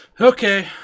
Okay